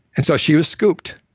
and so she was scooped